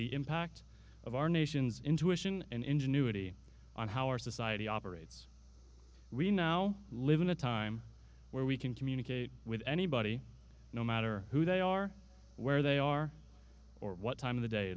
the impact of our nation's intuition and ingenuity on how our society operates we now live in a time where we can communicate with anybody no matter who they are where they are or what time of the day